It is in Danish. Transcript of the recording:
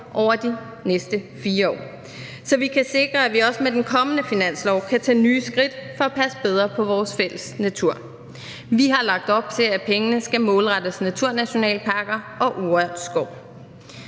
over de næste 4 år, så vi kan sikre, at vi også med den kommende finanslov kan tage nye skridt for at passe bedre på vores fælles natur. Vi har lagt op til, at pengene skal målrettes naturnationalparker og urørt skov.